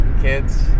kids